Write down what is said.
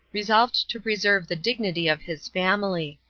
resolved to preserve the dignity of his family.